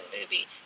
movie